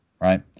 right